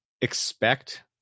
expect